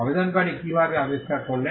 আবেদনকারী কীভাবে আবিষ্কার করলেন